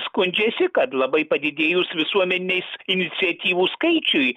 skundžiasi kad labai padidėjus visuomenės iniciatyvų skaičiui